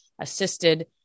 assisted